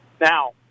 Now